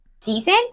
season